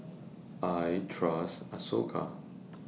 I Trust Isocal